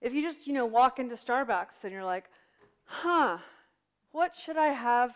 if you just you know walk into starbucks and you're like ha what should i have